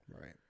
Right